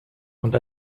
und